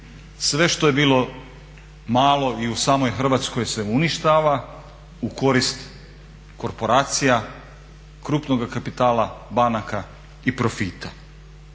Sve što je bilo malo i u samoj Hrvatskoj se uništava u korist korporacija, krupnoga kapitala, banaka i profita.